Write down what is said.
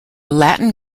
latin